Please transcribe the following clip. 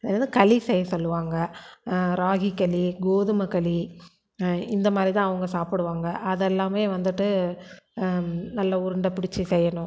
அது வந்து களி செய்ய சொல்லுவாங்கள் ராகி களி கோதுமை களி இந்தமாதிரி தான் அவங்க சாப்பிடுவாங்க அதெல்லாமே வந்துட்டு நல்ல உருண்டை பிடிச்சி செய்யணும்